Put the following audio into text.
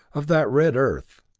of that red earth.